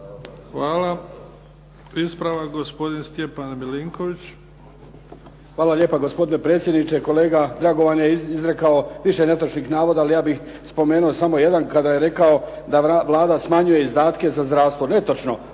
Hvala. Ispravak gospodin Stjepan Milinković. **Milinković, Stjepan (HDZ)** Hvala lijepa gospodine predsjedniče. Kolega Dragovan je izrekao više netočnih navoda, ali ja bih spomenuo samo jedan. Kada je rekao da Vlada smanjuje izdatke za zdravstvo. Netočno.